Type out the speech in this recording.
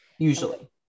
usually